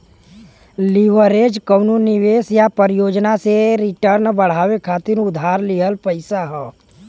leverage कउनो निवेश या परियोजना से रिटर्न बढ़ावे खातिर उधार लिहल पइसा हौ